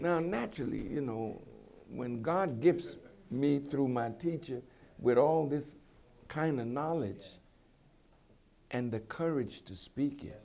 now naturally you know when god gives me through my teacher with all this kind of knowledge and the courage to speak